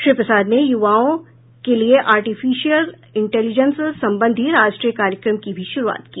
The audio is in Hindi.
श्री प्रसाद ने युवाओं के लिए आर्टिफिशियल इंटेलिजेंस संबंधी राष्ट्रीय कार्यक्रम की भी शुरूआत की